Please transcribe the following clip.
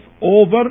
over